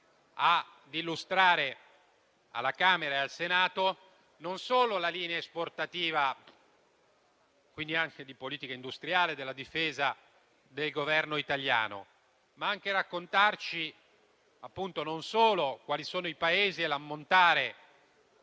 a illustrare alla Camera e al Senato - non solo la linea esportativa, quindi anche di politica industriale della Difesa del Governo italiano, ma anche quali sono i Paesi e l'ammontare